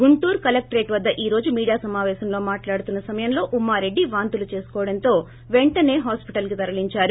Guntur collectorate వద్ద ఈ రోజు మీడియా సమావేశంలో మాట్లాడుతున్న సమయంలో ఉమ్మారెడ్డి వాంతులు చేసుకోవడంతో పెంటసే ఆస్పత్రికి తరలిందారు